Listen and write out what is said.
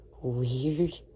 weird